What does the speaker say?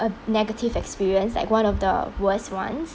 a negative experience like one of the worst ones